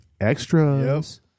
Extras